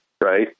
right